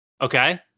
Okay